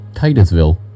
Titusville